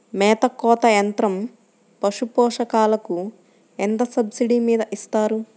మేత కోత యంత్రం పశుపోషకాలకు ఎంత సబ్సిడీ మీద ఇస్తారు?